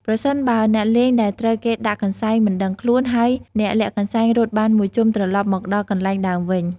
ប្រសិនបើអ្នកលេងដែលត្រូវគេដាក់កន្សែង មិនដឹងខ្លួន ហើយអ្នកលាក់កន្សែងរត់បានមួយជុំត្រឡប់មកដល់កន្លែងដើមវិញ ។